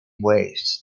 waste